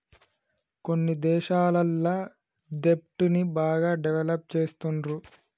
కొన్ని దేశాలల్ల దెబ్ట్ ని బాగా డెవలప్ చేస్తుండ్రు